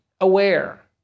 aware